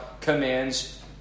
commands